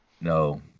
No